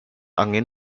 angin